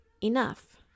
enough